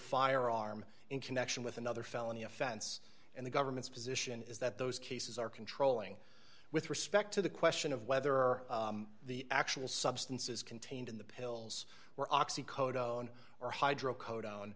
firearm in connection with another felony offense and the government's position is that those cases are controlling with respect to the question of whether or the actual substances contained in the pills were oxy cotto and or hydroco